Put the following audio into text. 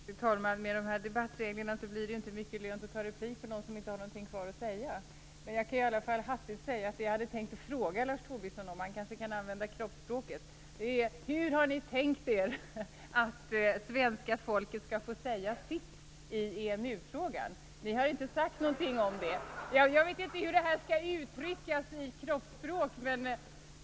Fru talman! Med de här debattreglerna blir det inte mycket lönt att ta replik på någon som inte har någon tid kvar. Jag kan i alla fall hastigt säga att jag hade tänkt fråga Lars Tobisson - han kan kanske använda kroppsspråk: Hur har ni tänkt er att svenska folket skall få säga sitt i EMU-frågan? Ni har ju inte sagt någonting om det. Jag vet inte hur det här kan uttryckas i kroppsspråk.